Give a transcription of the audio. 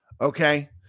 Okay